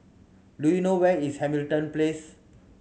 do you know where is Hamilton Place